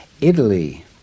Italy